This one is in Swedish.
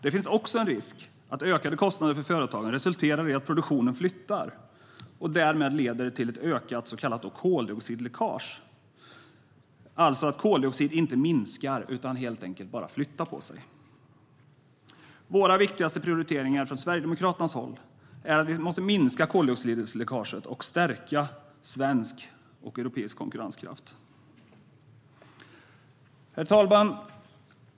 Det finns också en risk att ökade kostnader för företagen resulterar i att produktionen flyttar och att det därmed leder till ett ökat så kallat koldioxidläckage, alltså att utsläppen av koldioxid inte minskar utan bara flyttar på sig. Sverigedemokraternas viktigaste prioriteringar är att vi måste minska koldioxidläckaget och stärka svensk och europeisk konkurrenskraft.